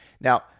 now